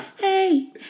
Hey